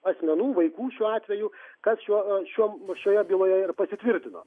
asmenų vaikų šiuo atveju kas šiuo šiuom šioje byloje ir pasitvirtino